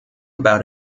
about